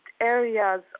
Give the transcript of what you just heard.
areas